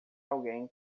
alguém